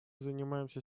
занимаемся